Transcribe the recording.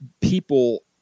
people